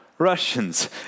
Russians